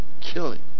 killing